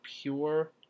pure